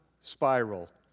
spiral